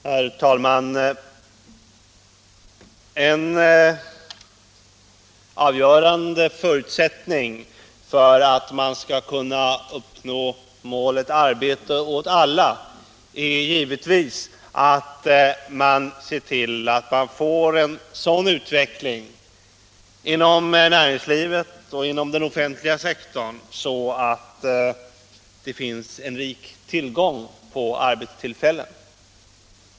Herr talman! En avgörande förutsättning för att man skall kunna uppnå målet arbete åt alla är givetvis att man ser till att utvecklingen inom näringslivet och inom den offentliga sektorn blir sådan att där finns en rik tillgång på arbetstillfällen.